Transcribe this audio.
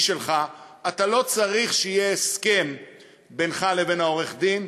שלך אתה לא צריך שיהיה הסכם בינך לבין עורך-הדין,